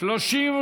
לא נתקבלה.